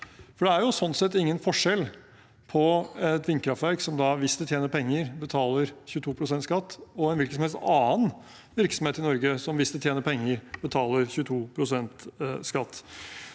For det er slik sett ingen forskjell på et vindkraftverk som, hvis det tjener penger, betaler 22 pst. skatt, og en hvilken som helst annen virksomhet i Norge som, hvis den tjener penger, betaler 22 pst. skatt.